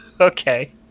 okay